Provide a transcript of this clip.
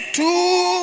two